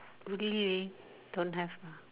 really leh don't have lah